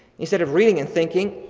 instead of reading and thinking,